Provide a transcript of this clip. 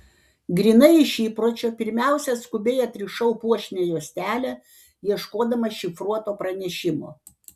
grynai iš įpročio pirmiausia skubiai atrišau puošnią juostelę ieškodama šifruoto pranešimo